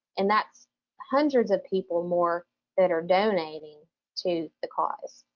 and that's hundreds of people more that are donating to the cause,